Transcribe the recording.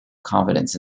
confidence